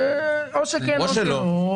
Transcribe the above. או שכן או שלא.